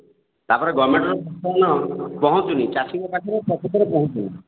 ତା'ପରେ ଗଭର୍ଣ୍ଣମେଣ୍ଟର ପହଞ୍ଚୁନି ଚାଷୀଙ୍କ ପାଖରେ ପ୍ରକୃତରେ ପହଞ୍ଚୁନି